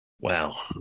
Wow